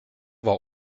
war